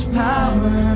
power